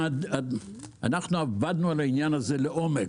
עבדנו על העניין הזה לעומק.